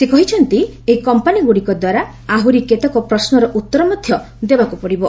ସେ କହିଛନ୍ତି ଏହି କମ୍ପାନୀଗୁଡ଼ିକୁ ଆହୁରି କେତେକ ପ୍ରଶ୍ରର ଉତ୍ତର ମଧ୍ୟ ଦେବାକୁ ପଡ଼ିବ